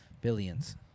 Billions